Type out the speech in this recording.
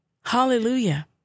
Hallelujah